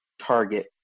target